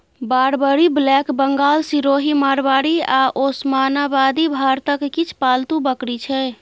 Barbari, black Bengal, Sirohi, Marwari आ ओसमानाबादी भारतक किछ पालतु बकरी छै